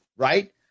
right